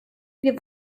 wir